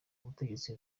ubutegetsi